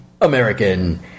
American